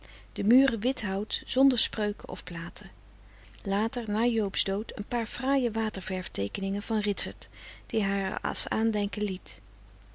de muren wit hout zonder spreuken of platen later na joob's dood een paar fraaie waterverfteekeningen van ritsert die hij haar als aandenken liet